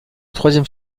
troisième